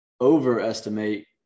overestimate